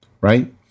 Right